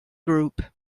group